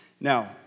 Now